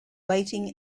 waiting